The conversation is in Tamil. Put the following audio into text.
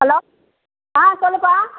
ஹலோ ஆ சொல்லுப்பா